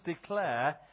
declare